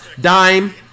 Dime